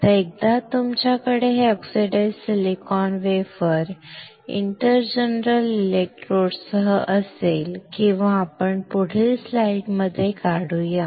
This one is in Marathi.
आता एकदा तुमच्याकडे हे oxidized silicon wafer inter general इलेक्ट्रोड्ससह असेल किंवा आपण पुढील स्लाइडमध्ये काढू या